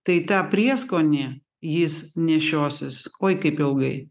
tai tą prieskonį jis nešiosis oi kaip ilgai